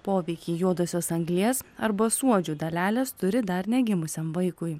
poveikį juodosios anglies arba suodžių dalelės turi dar negimusiam vaikui